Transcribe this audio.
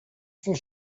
for